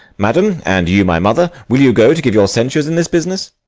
madam and you, my mother will you go to give your censures in this business?